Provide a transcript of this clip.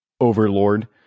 overlord